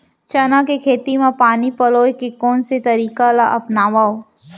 चना के खेती म पानी पलोय के कोन से तरीका ला अपनावव?